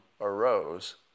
arose